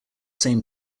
same